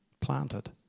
planted